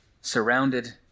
surrounded